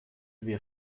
wir